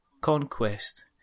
Conquest